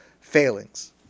failings